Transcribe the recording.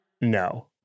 No